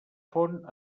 font